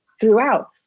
throughout